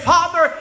Father